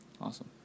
Awesome